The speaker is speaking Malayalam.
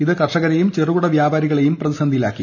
ഇത് കർഷകരെയും ചെറുകിട വ്യാപാരികളെയും പ്രതിസന്ധിയിലാക്കി